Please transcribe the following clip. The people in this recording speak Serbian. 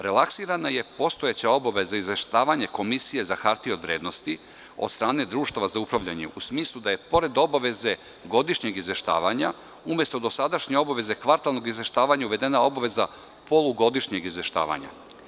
Relaksirana je postojeća obaveza izveštavanja Komisije za hartije od vrednosti od strane društava za upravljanje, u smislu da je pored obaveze godišnjeg izveštavanja umesto dosadašnje obaveze kvartalnog izveštavanja uvedena obaveza polugodišnjeg izveštavanja.